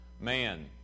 man